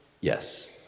Yes